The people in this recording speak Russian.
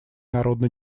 народно